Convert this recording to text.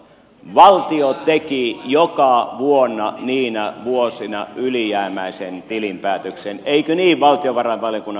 valtio teki joka vuonna niinä vuosina ylijäämäisen tilinpäätöksen eikö niin valtiovarainvaliokunnan puheenjohtaja